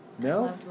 No